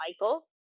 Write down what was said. Michael